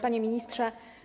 Panie Ministrze!